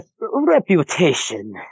reputation